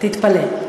תתפלא.